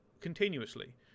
continuously